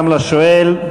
גם לשואל,